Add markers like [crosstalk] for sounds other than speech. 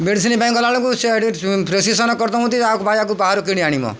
medicine ପାଇଁ ଗଲାବେଳକୁ ସେ ସେଇଠି ପ୍ରେସକ୍ୟୁସନ କରିଦଉଛନ୍ତି [unintelligible] ଭାଇ ଆକୁ ବାହାରୁ କିଣି ଆଣିବ